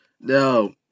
Now